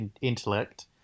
intellect